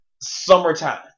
Summertime